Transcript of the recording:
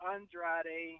Andrade